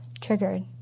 triggered